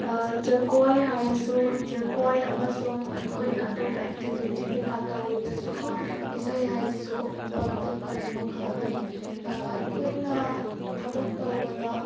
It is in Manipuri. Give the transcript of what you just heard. ꯖꯒꯣꯏ ꯍꯥꯏꯔꯁꯨ ꯖꯒꯣꯏ ꯑꯃꯁꯨꯡ ꯑꯩꯈꯣꯏꯅ ꯑꯇꯣꯞꯄ ꯑꯦꯛꯇꯤꯕꯤꯇꯤ ꯀꯩꯀꯥ ꯇꯧꯔꯤꯕꯁꯤꯀꯣ ꯏꯁꯩ ꯍꯥꯏꯁꯤꯁꯨ ꯏꯝꯄꯣꯔꯇꯦꯟ ꯑꯣꯏꯕ ꯃꯈꯜ ꯑꯃꯅꯤ ꯑꯩꯈꯣꯏꯅ ꯊꯕꯛ ꯇꯧꯕꯗ